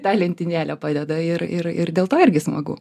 tą lentynėlę padeda ir ir ir dėl to irgi smagu